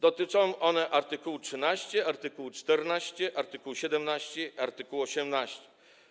Dotyczą one art. 13, art. 14, art. 17 i art. 18.